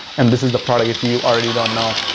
and this is the product if you already don't know.